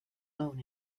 known